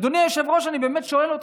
אדוני היושב-ראש, אני באמת שואל אותך.